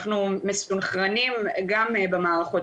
אנחנו מסונכרנים גם במערכות,